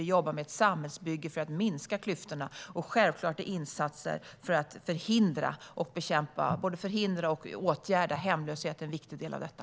Vi jobbar med ett samhällsbygge för att minska klyftorna, och självklart är insatser för att både förhindra och åtgärda hemlöshet en viktig del av detta.